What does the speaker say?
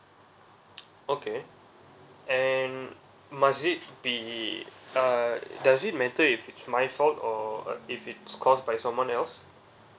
okay and must it be uh does it matter if it's my fault or if it's caused by someone else